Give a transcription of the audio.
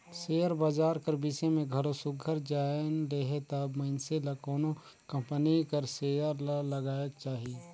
share बजार कर बिसे में घलो सुग्घर जाएन लेहे तब मइनसे ल कोनो कंपनी कर सेयर ल लगाएक चाही